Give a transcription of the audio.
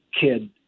kid